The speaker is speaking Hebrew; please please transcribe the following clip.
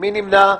מי נמנע?